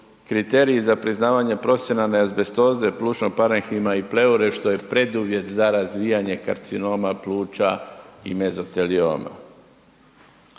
kriteriji za priznavanje profesionalne azbestoze i plućnog parenhima i pleure, što je preduvjet za razvijanje karcinoma pluća i mezotelioma.